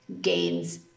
gains